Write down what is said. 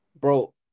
Bro